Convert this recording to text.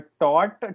taught